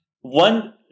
One